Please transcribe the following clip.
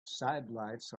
sidelights